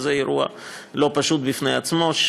וזה אירוע לא פשוט בפני עצמו,